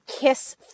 kiss